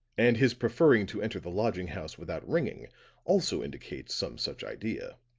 and his preferring to enter the lodging house without ringing also indicates some such idea.